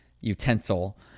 utensil